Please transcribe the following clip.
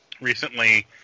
recently